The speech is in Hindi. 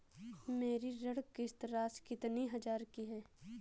मेरी ऋण किश्त राशि कितनी हजार की है?